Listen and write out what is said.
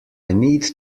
need